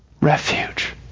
refuge